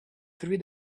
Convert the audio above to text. three